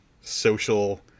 social